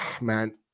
man